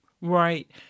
Right